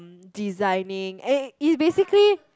designing eh it's basically